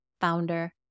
founder